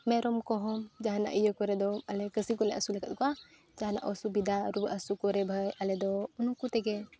ᱢᱮᱨᱚᱢ ᱠᱚᱦᱚᱸ ᱡᱟᱦᱟᱱᱟᱜ ᱤᱭᱟᱹ ᱠᱚᱨᱮ ᱫᱚ ᱟᱞᱮ ᱠᱟᱹᱥᱤ ᱠᱚᱞᱮ ᱟᱹᱥᱩᱞᱟᱠᱟᱫ ᱠᱚᱣᱟ ᱡᱟᱦᱟᱱᱟᱜ ᱚᱥᱩᱵᱤᱫᱷᱟ ᱨᱩᱣᱟᱹᱜ ᱦᱟᱹᱥᱩ ᱠᱚᱨᱮ ᱵᱷᱟᱹᱭ ᱟᱞᱮ ᱫᱚ ᱩᱱᱠᱩ ᱛᱮᱜᱮ